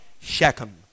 Shechem